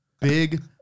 Big